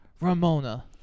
...Ramona